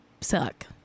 suck